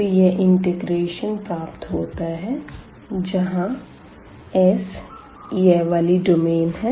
तो यह इंटीग्रेशन प्राप्त होता है जहाँ S यह वाली डोमेन है